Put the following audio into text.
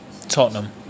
Tottenham